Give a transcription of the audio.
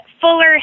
fuller